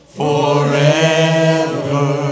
forever